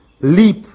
Leap